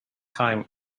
time